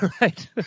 right